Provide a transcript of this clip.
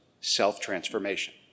self-transformation